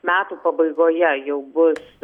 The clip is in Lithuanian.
metų pabaigoje jau bus